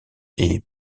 est